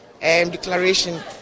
declaration